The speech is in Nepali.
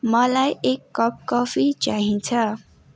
मलाई एक कप कफी चाहिन्छ